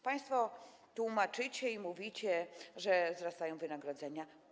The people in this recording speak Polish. Państwo tłumaczycie i mówicie, że wzrastają wynagrodzenia.